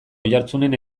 oiartzunen